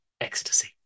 ecstasy